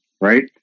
right